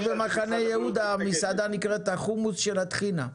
יש במחנה יהודה מסעדה שנקראת החומוס של הטחינה,